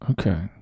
Okay